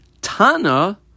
Tana